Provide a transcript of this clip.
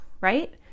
right